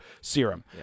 serum